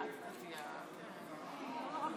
יוראי,